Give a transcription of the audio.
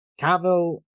Cavill